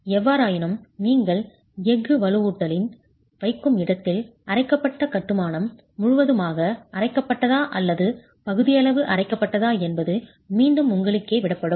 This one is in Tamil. எவ்வாறாயினும் நீங்கள் எஃகு வலுவூட்டலை வைக்கும் இடத்தில் அரைக்கப்பட்ட கட்டுமானம் முழுவதுமாக அரைக்கப்பட்டதா அல்லது பகுதியளவு அரைக்கப்பட்டதா என்பது மீண்டும் உங்களுக்கே விடப்படும்